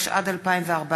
התשע"ד 2014,